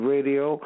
Radio